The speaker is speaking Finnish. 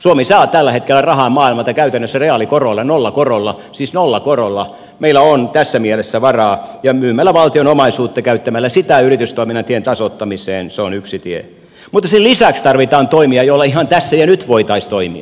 suomi saa tällä hetkellä rahaa maailmalta käytännössä reaalikorolla nollakorolla siis nollakorolla meillä on tässä mielessä varaa ja myymällä valtion omaisuutta käyttämällä sitä yritystoiminnan tien tasoittamiseen se on yksi tie mutta sen lisäksi tarvitaan toimia joilla ihan tässä ja nyt voitaisiin toimia